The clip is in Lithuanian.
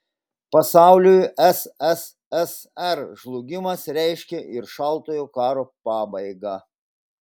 pasauliui sssr žlugimas reiškė ir šaltojo karo pabaigą